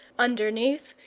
underneath,